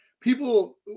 people